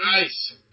Nice